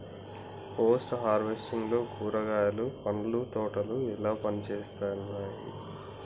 Post harvesting లో కూరగాయలు పండ్ల తోటలు ఎట్లా పనిచేత్తనయ్?